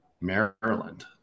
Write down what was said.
Maryland